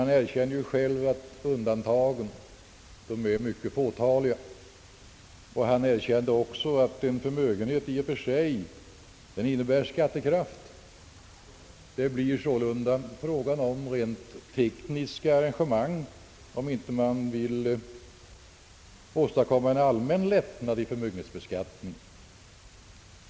Han erkänner ju dock själv att undantagen är mycket fåtaliga, och han erkände också att en förmögenhet i och för sig innebär skattekraft. Det blir sålunda fråga om rent tekniska arrangemang, om man inte vill åstadkomma en allmän lättnad av förmögenhetsbeskatiningen.